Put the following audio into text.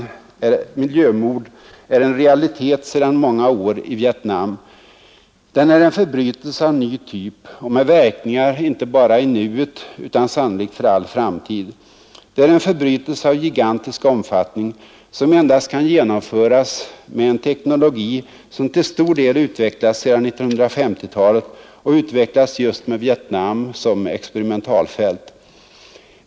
Ekocid, miljömord, är en realitet sedan många år i Vietnam. Det är en förbrytelse av ny typ och med verkningar inte bara i nuet utan sannolikt för all framtid. Det är en förbrytelse av gigantisk omfattning som endast kan genomföras med en teknologi som till stor del utvecklats under 1950-talet och utvecklats just med Vietnam som experimentalfält.